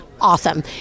awesome